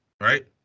right